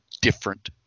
different